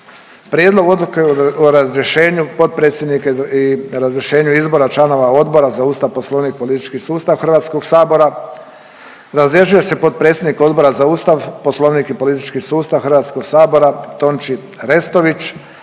Prijedlog odluke o razrješenju potpredsjednika i razrješenju izbora članova Odbora za Ustav, Poslovnik i politički sustav Hrvatskog sabora. Razrješuje se potpredsjednik Odbora za Ustav, Poslovnik i politički sustav Hrvatskog sabora Tonči Restović.